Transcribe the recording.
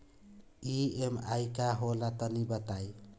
EMI का होला तनि बताई?